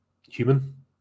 human